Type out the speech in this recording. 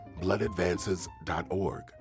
bloodadvances.org